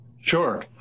Sure